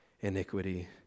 iniquity